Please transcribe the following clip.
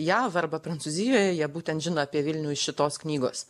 jav arba prancūzijoje jie būtent žino apie vilnių iš šitos knygos